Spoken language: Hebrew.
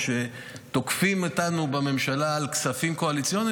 תוקפים אותנו בממשלה על כספים קואליציוניים,